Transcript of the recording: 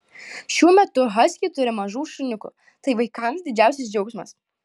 šiuo metu haskiai turi mažų šuniukų tai vaikams didžiausias džiaugsmas